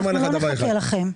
אנחנו לא נחכה לכם.